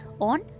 on